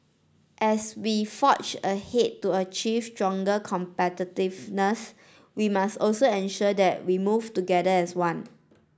as we forge ahead to achieve stronger competitiveness we must also ensure that we move together as one